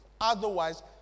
Otherwise